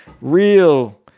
real